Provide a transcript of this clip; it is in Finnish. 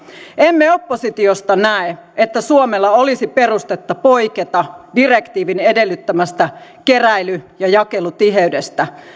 emme oppositiosta näe että suomella olisi perustetta poiketa direktiivin edellyttämästä keräily ja jakelutiheydestä